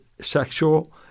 sexual